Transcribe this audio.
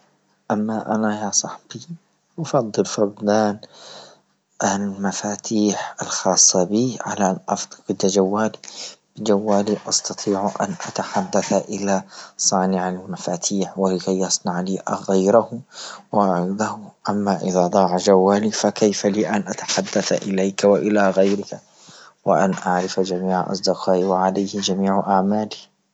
(المقطع الصوتي لا يتوافق مع النص)